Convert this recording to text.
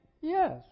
Yes